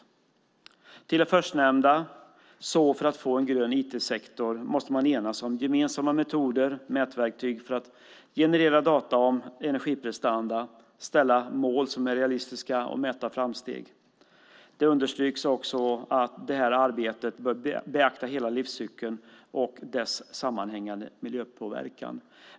När det gäller det förstnämnda måste man för att få en grön IT-sektor enas om gemensamma metoder, ha mätverktyg för att generera data om energiprestanda och ställa upp mål som är realistiska och mäta framsteg. Det understryks också att arbetet bör beakta hela livscykeln och dess sammanhängande miljöpåverkan.